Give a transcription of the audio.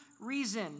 reason